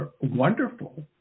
wonderful